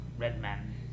Redman